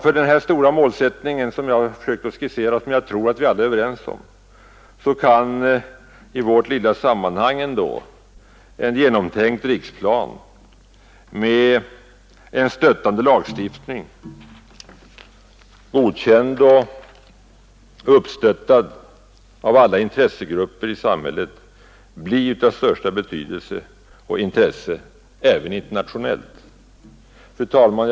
För den här stora målsättningen, som jag har försökt skissera och som jag tror att vi alla är överens om, kan ändå i vårt lilla sammanhang en genomtänkt riksplan med en främjande lagstiftning, godkänd och uppstöttad av alla intressegrupper i samhället, bli av största betydelse även internationellt. Fru talman!